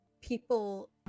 People